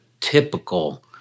typical